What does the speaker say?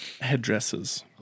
headdresses